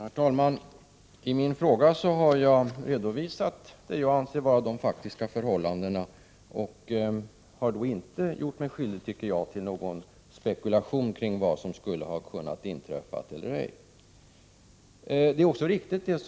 Herr talman! I min fråga har jag redovisat vad jag anser vara de faktiska förhållandena. Jag tycker inte att jag har gjort mig skyldig till någon spekulation kring händelserna. Vad statsrådet beskriver är riktigt.